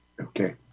Okay